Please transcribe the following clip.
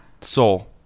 Soul